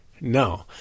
No